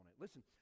Listen